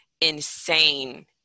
insane